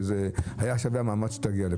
היה שווה המאמץ שתגיע לכאן.